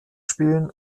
spielen